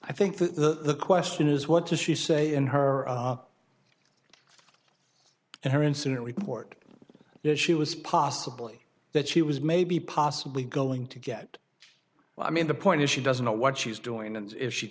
i think the question is what does she say in her and her incident report that she was possibly that she was maybe possibly going to get well i mean the point is she doesn't know what she's doing and if she